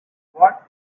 what